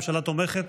הממשלה תומכת?